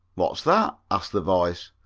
what's that? asks the voice.